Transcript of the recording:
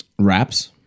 Wraps